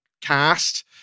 cast